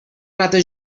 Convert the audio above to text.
rata